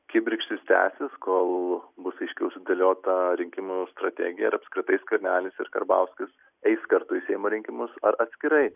kibirkštys tęsis kol bus aiškiau sudėliota rinkimų strategija ir apskritai skvernelis ir karbauskis eis kartu į seimo rinkimus ar atskirai